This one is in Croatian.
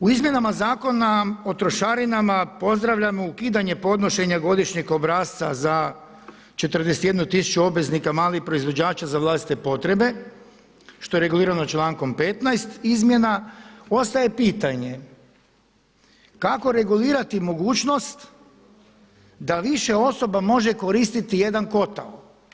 U Izmjenama zakona o trošarinama pozdravljamo ukidanje podnošenja godišnjeg obrasca za 41 tisuću obveznika malih proizvođača za vlastite potrebe što je regulirano člankom 15 izmjena, ostaje pitanje kako regulirati mogućnost da više osoba može koristiti jedan kotao.